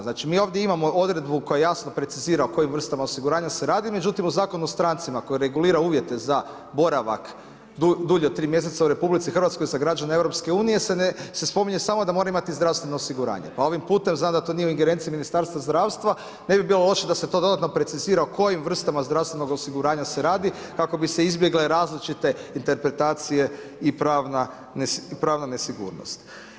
Znači mi ovdje imamo odredbu koja jasno precizira o kojim vrstama osiguranja se radi, međutim u Zakonu o strancima koji regulira uvjete za boravak dulje od 3 mjeseca u RH za građane EU-a se spominje da mora samo imati zdravstveno osiguranje pa ovim putem znam da to nije u ingerenciji Ministarstva zdravstva, ne bi bilo loše da se to dodatno precizira o kojim vrstama zdravstvenog osiguranja se radi kako bi se izbjegle različite interpretacije i pravna nesigurnost.